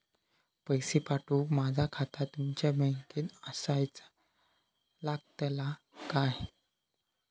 पैसे पाठुक माझा खाता तुमच्या बँकेत आसाचा लागताला काय?